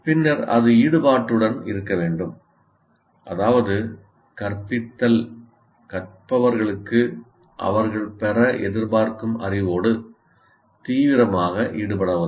பின்னர் அது ஈடுபாட்டுடன் இருக்க வேண்டும் அதாவது கற்பித்தல் கற்பவர்களுக்கு அவர்கள் பெற எதிர்பார்க்கும் அறிவோடு தீவிரமாக ஈடுபட உதவும்